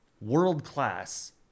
world-class